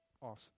Awesome